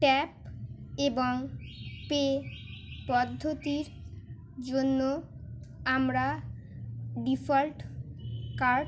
tap এবং pay পদ্ধতির জন্য আমরা ডিফল্ট কার্ড